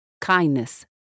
kindness